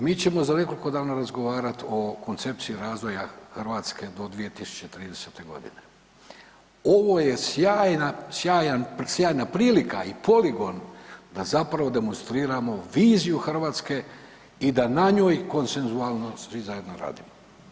Mi ćemo za nekoliko dana razgovarati o koncepciji razvoja Hrvatske do 2030. godine, ovo je sjajna prilika i poligon da zapravo demonstriramo viziju Hrvatske i da na njoj konsenzualno svi zajedno radimo.